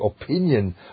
opinion